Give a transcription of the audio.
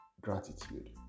gratitude